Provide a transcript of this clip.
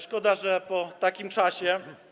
Szkoda, że po takim czasie.